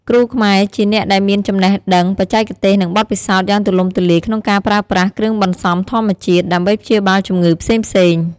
គ្រូខ្មែរជាអ្នកដែលមាន ចំណេះដឹង បច្ចេកទេស និងបទពិសោធន៍ យ៉ាងទូលំទូលាយក្នុងការប្រើប្រាស់ គ្រឿងបន្សំធម្មជាតិ ដើម្បីព្យាបាលជំងឺផ្សេងៗ។